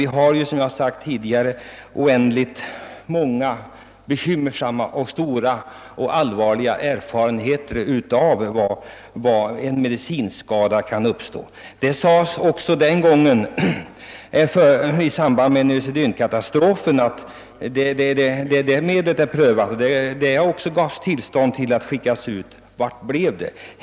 Vi har som jag sade tidigare oändligt många bekymmersamma och stora och allvarliga erfarenheter av vad en medicinskada kan åstadkomma. Även i samband med neurosedynkatastrofen sades det att detta medel var prövat och därför gavs det tillstånd till dess distribuering. Men vad hände?